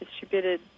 distributed